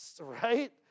Right